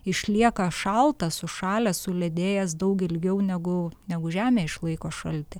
išlieka šaltas sušalęs suledėjęs daug ilgiau negu negu žemė išlaiko šaltį